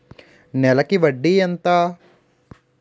నెలకి వడ్డీ ఎంత?